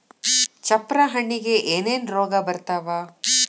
ಚಪ್ರ ಹಣ್ಣಿಗೆ ಏನೇನ್ ರೋಗ ಬರ್ತಾವ?